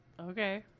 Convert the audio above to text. okay